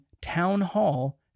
townhall